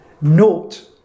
note